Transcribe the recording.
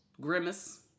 Grimace